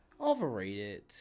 overrated